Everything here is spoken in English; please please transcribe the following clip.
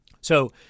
So-